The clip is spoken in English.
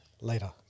later